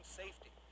safety